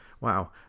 wow